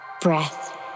breath